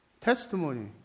testimony